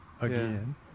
again